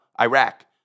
Iraq